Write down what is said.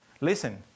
listen